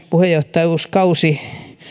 puheenjohtajuuskausi